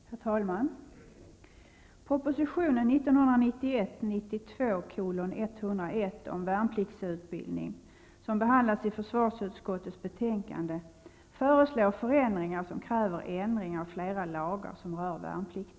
Herr talman! Proposition 1991/92:101 om värnpliktsutbildning som behandlas i försvarsutskottets betänkande föreslår förändringar som kräver ändringar av flera lagar som rör värnplikt.